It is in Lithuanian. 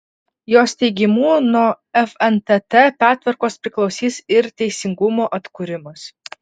jos teigimu nuo fntt pertvarkos priklausys ir teisingumo atkūrimas